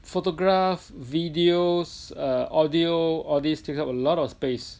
photographs videos err audio all these take up a lot of space